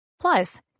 plus